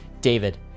David